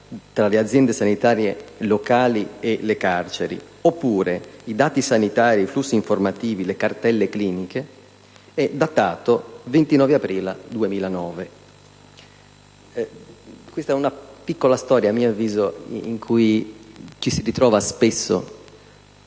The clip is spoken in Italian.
tra le aziende sanitarie locali e le carceri, oppure i dati sanitari, i flussi informativi e le cartelle cliniche - è datato 29 aprile 2009. Questa è una piccola storia - a mio avviso - in cui ci si ritrova spesso,